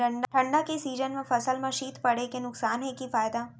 ठंडा के सीजन मा फसल मा शीत पड़े के नुकसान हे कि फायदा?